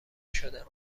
شدم